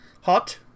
Hot